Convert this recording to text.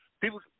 People